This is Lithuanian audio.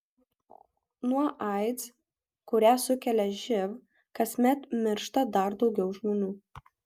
nuo aids kurią sukelia živ kasmet miršta dar daugiau žmonių